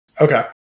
okay